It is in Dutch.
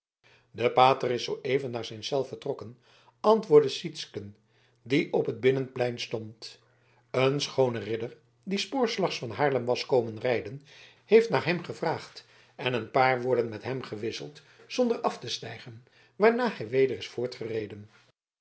de pater is zooeven naar zijn cel vertrokken antwoordde sytsken die op het binnenplein stond een schoone ridder die spoorslags van haarlem was komen rijden heeft naar hem gevraagd en een paar woorden met hem gewisseld zonder af te stijgen waarna hij weder is